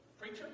Preacher